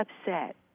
upset